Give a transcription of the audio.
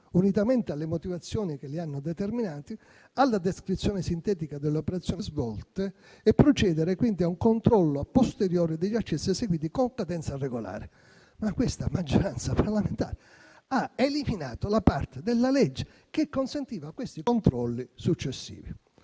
unitamente alle motivazioni che li hanno determinati e alla descrizione sintetica delle operazioni svolte, e procedere quindi a un controllo a posteriori degli accessi eseguiti con cadenza regolare. Ma questa maggioranza parlamentare ha eliminato la parte della legge che consentiva questi controlli successivi.